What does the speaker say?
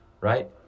right